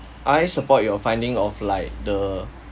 I support your finding of like the